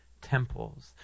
temples